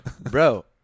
Bro